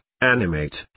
animate